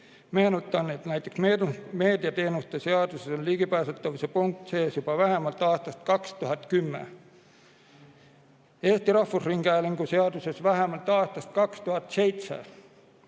Meenutan, et näiteks meediateenuste seaduses on ligipääsetavuse punkt sees juba vähemalt aastast 2010 ja Eesti Rahvusringhäälingu seaduses vähemalt aastast 2007.